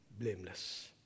blameless